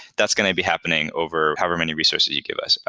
that's going to be happening over however many resources you give us.